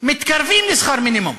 מתקרבים לשכר מינימום,